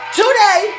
today